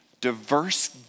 diverse